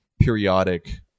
periodic